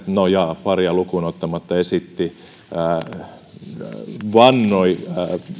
no jaa paria lukuun ottamatta esitti tai vannoi